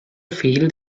field